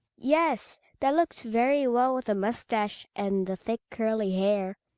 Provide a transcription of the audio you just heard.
yes, that looks very well with the moustache and the thick curly hair.